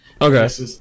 Okay